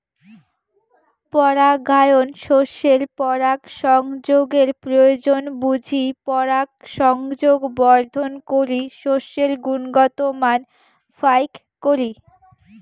পরাগায়ন শস্যের পরাগসংযোগের প্রয়োজন বুঝি পরাগসংযোগ বর্ধন করি শস্যের গুণগত মান ফাইক করি